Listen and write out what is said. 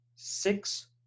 six